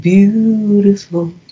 Beautiful